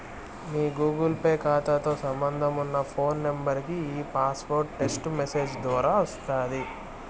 మీ Google Pay కాతాతో సంబంధమున్న phone నెంబరికి ఈ పాస్వార్డు టెస్టు మెసేజ్ దోరా వస్తాది